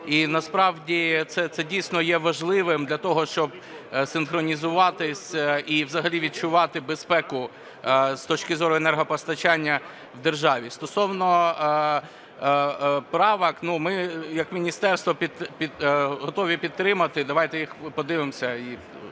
І насправді це дійсно є важливим для того, щоб синхронізуватись і взагалі відчувати безпеку з точки зору енергопостачання в державі. Стосовно правок, ми як міністерство готові підтримати, давайте їх подивимося. Ми